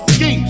Ski